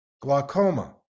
glaucoma